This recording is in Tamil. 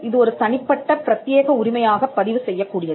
இது ஒரு தனிப்பட்ட பிரத்தியேக உரிமையாகப் பதிவு செய்யக்கூடியது